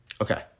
Okay